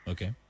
Okay